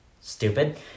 stupid